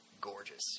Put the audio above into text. gorgeous